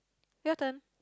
your turn